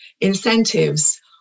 incentives